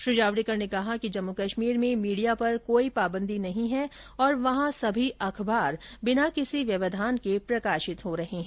श्री जावड़ेकर ने कहा कि जम्मू कश्मीर में मीडिया पर कोई पाबंदी नहीं हैं और वहां सभी अखबार बिना किसी व्यवधान के प्रकाशित हो रहे हैं